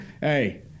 hey